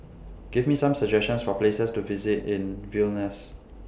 Give Me Some suggestions For Places to visit in Vilnius